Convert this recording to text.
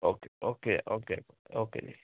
okay okay okay okay ਜੀ